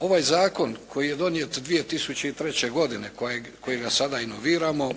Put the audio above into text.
Ovaj zakon koji je donijet 2003. godine kojega sada inoviramo